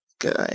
good